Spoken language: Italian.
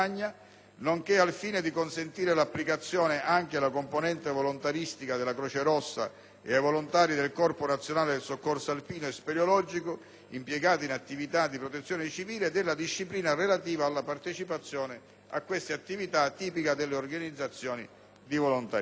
nonché al fine di consentire l'applicazione anche alla componente volontaristica della Croce Rossa e ai volontari del Corpo nazionale soccorso alpino e speleologico, impiegati in attività di protezione civile, della disciplina relativa alla partecipazione a queste attività delle organizzazioni di volontariato.